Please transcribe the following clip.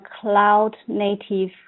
cloud-native